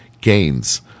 gains